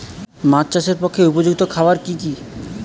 মাছ চাষের পক্ষে উপযুক্ত খাবার কি কি?